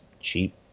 cheap